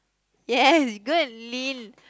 yes you go and lean